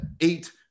eight